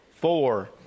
four